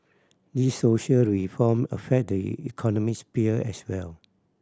these social reform affect the economic sphere as well